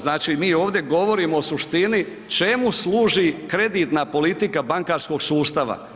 Znači mi ovdje govorimo o suštini čemu služi kreditna politika bankarskog sustava.